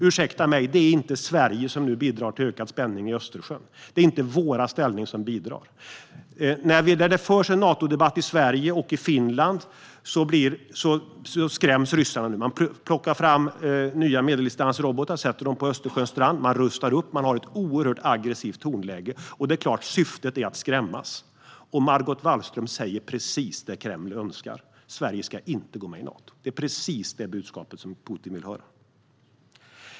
Ursäkta mig, men det är inte Sverige som nu bidrar till ökad spänning i Östersjön! Det är inte vårt ställningstagande som bidrar till detta. När det förs en Natodebatt i Sverige och Finland skräms ryssarna. De plockar fram nya medeldistansrobotar och sätter dem vid Östersjöns strand. De rustar upp och har ett oerhört aggressivt tonläge. Det är klart att syftet är att skrämmas. Och Margot Wallström säger precis det Kreml önskar: Sverige ska inte gå med i Nato. Det är precis detta budskap som Putin vill höra.